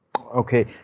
Okay